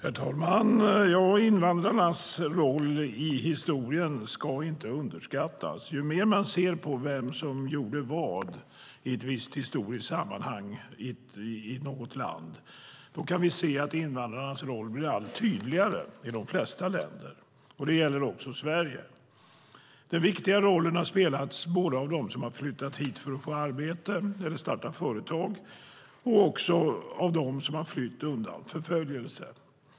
Herr talman! Invandrarnas roll i historien ska inte underskattas. När vi ser på vem som gjorde vad i ett visst historiskt sammanhang i ett land kan vi se att invandrarnas roll blir allt tydligare i de flesta länder. Det gäller också Sverige. Den viktiga rollen har spelats både av dem som har flyttat hit för att få arbete eller starta företag och av dem som har flytt undan förföljelse.